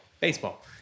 baseball